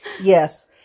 Yes